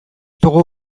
dugu